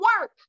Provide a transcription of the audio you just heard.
work